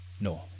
No